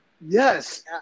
Yes